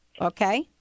Okay